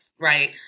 Right